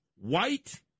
white